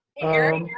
eric,